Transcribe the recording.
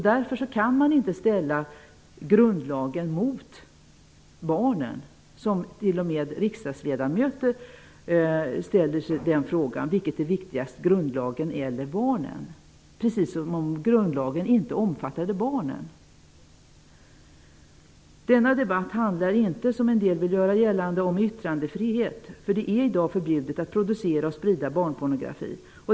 Därför kan man inte ställa grundlagen mot barnen. T.o.m. riksdagsledamöter ställer sig frågan: Vilket är viktigast, grundlagen eller barnen? Precis som om grundlagen inte omfattade barnen! Denna debatt handlar inte, som en del vill göra gällande, om yttrandefrihet. Det är i dag förbjudet att producera och sprida barnpornografi.